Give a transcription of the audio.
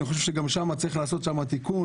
אני חושב שגם שם צריך לעשות תיקון.